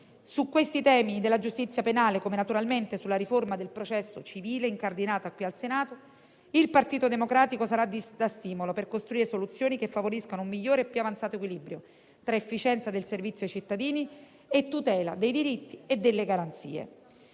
Su questi temi della giustizia penale, come naturalmente sulla riforma del processo civile incardinata qui al Senato, il Partito Democratico farà da stimolo per costruire soluzioni che favoriscano un migliore e più avanzato equilibrio tra efficienza del servizio ai cittadini e tutela dei diritti e delle garanzie.